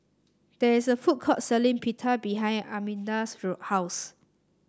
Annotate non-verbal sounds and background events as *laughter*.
there is a food court selling Pita behind Arminda's *unintelligible* house